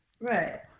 Right